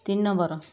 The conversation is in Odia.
ତିନି ନମ୍ବର